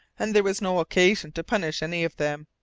and there was no occasion to punish any of them.